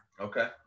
Okay